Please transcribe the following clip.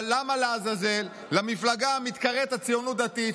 אבל למה לעזאזל המפלגה המתקראת הציונות הדתית,